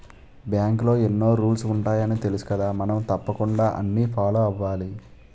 బాంకులో ఎన్నో రూల్సు ఉంటాయని తెలుసుకదా మనం తప్పకుండా అన్నీ ఫాలో అవ్వాలి